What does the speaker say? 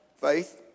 faith